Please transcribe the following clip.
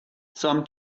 some